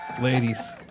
Ladies